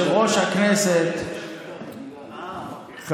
היו"ר יריב לוין: אוסאמה סעדי (הרשימה המשותפת): התנחלויות,